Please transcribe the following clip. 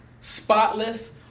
spotless